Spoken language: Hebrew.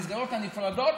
המסגרות הנפרדות,